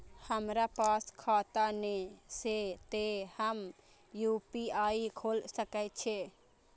हमरा पास खाता ने छे ते हम यू.पी.आई खोल सके छिए?